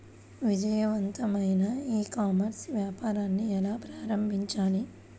విజయవంతమైన e commerce వ్యాపారాన్ని ఎలా ప్రారంభించాలి?